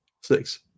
Six